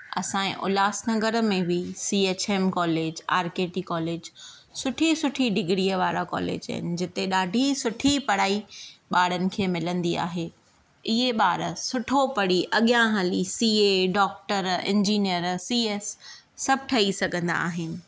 असांजे उल्हास नगर में बि C H M college R K T college सुठी सुठी डिग्रीअ वारा कॉलेज आहिनि जिते ॾाढी सुठी पढ़ाई ॿारनि खे मिलंदी आहे इहे ॿार सुठो पढ़ी अॻियां हली C A doctor engineer C S सभु ठही सघंदा आहिनि